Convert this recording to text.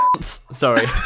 Sorry